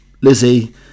Lizzie